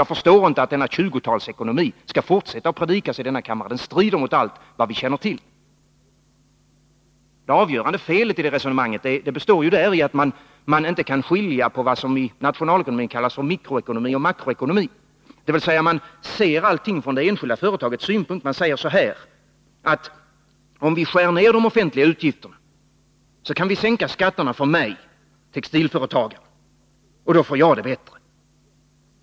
Jag förstår därför inte att man från visst håll i denna kammare fortsätter att predika 20-talsekonomin. Den strider mot allt vad vi känner till. Det avgörande felet i resonemanget består däri, att man inte kan skilja på vad somi nationalekonomin kallas mikroekonomi resp. makroekonomi. Man ser allting från det enskilda företagets synpunkt och säger så här: Om vi skär ner de offentliga utgifterna kan vi sänka skatterna för textilföretagen, och då får dessa det bättre.